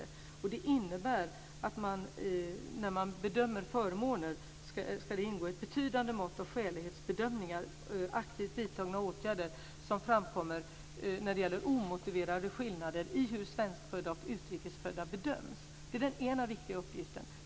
Det innebär att när man bedömer förmåner ska det ingå ett betydande mått av skälighetsbedömningar, aktivt vidtagna åtgärder som framkommer när det gäller omotiverade skillnader i hur svenskfödda och utrikesfödda bedöms. Det är den ena viktiga uppgiften.